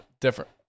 Different